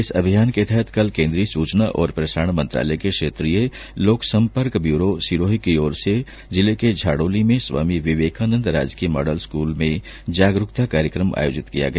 इस अभियान के तहत कल केन्द्रीय सूचना और प्रसारण मंत्रालय के क्षेत्रीय लोक सम्पर्क ब्यूरो सिरोही की ओर से जिले के झाड़ोली में स्वामी विवेकानन्द राजकीय मॉडल स्कूल में जागरुकता कार्यक्रम आयोजित किया गया